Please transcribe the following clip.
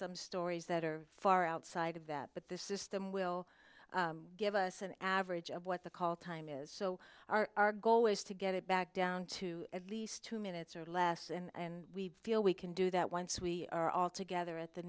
some stories that are far outside of that but this system will give us an average of what the call time is so our goal is to get it back down to at least two minutes or less and we feel we can do that once we are all together at the